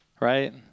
Right